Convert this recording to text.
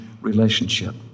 relationship